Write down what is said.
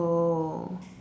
oh